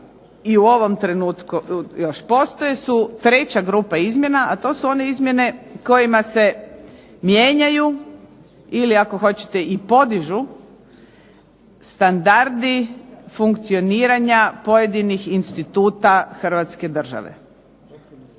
i u ovom trenutku još postoje su treća grupa izmjena, a to su one izmjene kojima se mijenjaju ili ako hoćete i podižu standardi funkcioniranja pojedinih instituta Hrvatske države.